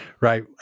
Right